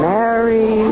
Mary